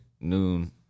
noon